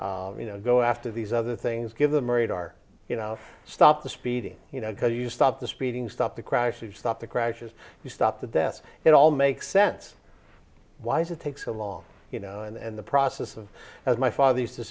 you know go after these other things give them radar you know stop the speeding you know because you stop the speeding stop the crashes stop the crashes you stop the deaths it all makes sense why is it take so long you know and the process of as my father used to